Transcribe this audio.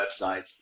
websites